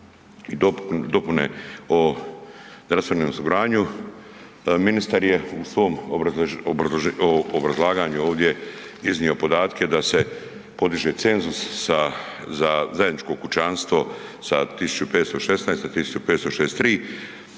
i dopune o zdravstvenom osiguranju. Ministar je u svom obrazlaganju ovdje iznio podatke da se podiže cenzus za zajedničko kućanstvo sa 1.516 na 1.563